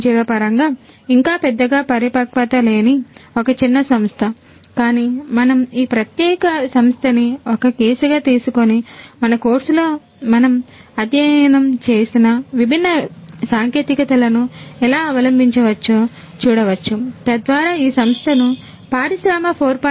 0 పరంగా ఇంకా పెద్దగా పరిపక్వత లేని ఒక చిన్న సంస్థ కానీ మనం ఈ ప్రత్యేక సంస్థ ని ఒక కేసుగా తీసుకుని మన కోర్సులో మనం అధ్యయనం చేసిన విభిన్న విభిన్న సాంకేతికతలను ఎలా అవలంబించవచ్చో చూడవచ్చు తద్వారా ఈ సంస్థను పరిశ్రమ 4